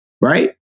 right